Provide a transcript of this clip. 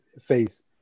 face